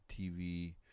TV